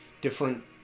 different